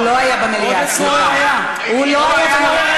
הוא לא היה במליאה, עודד פורר היה, הוא לא היה.